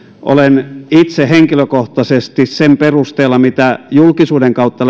olen itse henkilökohtaisesti sen perusteella mitä lähinnä julkisuuden kautta